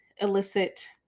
elicit